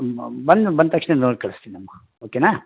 ಬಂದ ಬಂದ ತಕ್ಷಣ ನೋಡಿ ಕಳ್ಸ್ತೀನಮ್ಮ ಓಕೆನಾ